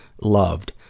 loved